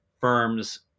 firms